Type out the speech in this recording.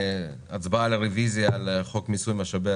והצבעה על הרביזיה על חוק מיסוי משאבי